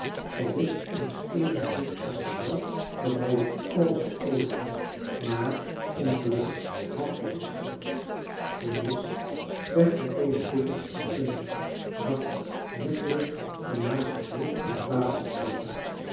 zij wist immers even goed als hij zelf dat hij er alles voor overhad maar ongelukkig hàd hij niets over de mist werd altoos dikker en vunziger dacht hem net weêr om naast een brug in het water te loopen